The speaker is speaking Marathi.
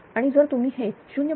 आणि जर तुम्ही हे 0